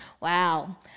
Wow